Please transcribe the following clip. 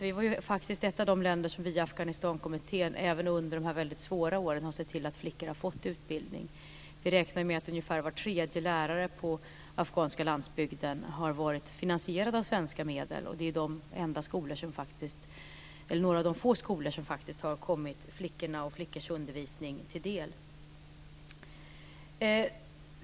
Sverige är faktiskt ett av de länder som via Afghanistankommittén även under de väldigt svåra åren sett till att flickor har fått utbildning. Vi räknar med att ungefär var tredje lärare på den afghanska landsbygden har varit finansierad av svenska medel - några av ett fåtal skolor som faktiskt har kommit flickorna och flickornas undervisning till del.